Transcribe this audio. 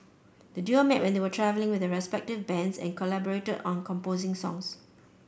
the duo met when they were travelling with their respective bands and collaborated on composing songs